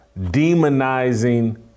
demonizing